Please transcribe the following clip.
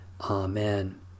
Amen